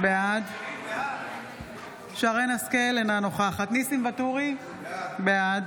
בעד שרן מרים השכל, אינה נוכחת ניסים ואטורי, בעד